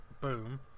Boom